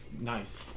nice